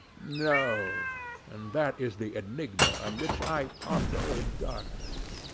no and that is the enigma on which i ponder in darkness.